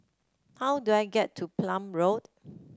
how do I get to Palm Road